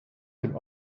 dem